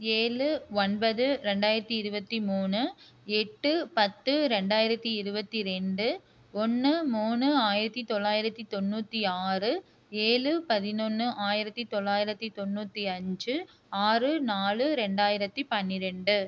ஏழு ஒன்பது ரெண்டாயிரத்தி இருபத்தி மூணு எட்டு பத்து ரெண்டாயிரத்தி இருபத்தி ரெண்டு ஒன்னு மூணு ஆயிரத்தி தொள்ளாயிரத்தி தொண்ணூற்றி ஆறு ஏழு பதினொன்னு ஆயிரத்தி தொள்ளாயிரத்தி தொண்ணூற்றி அஞ்சு ஆறு நாலு ரெண்டாயிரத்தி பன்னிரெண்டு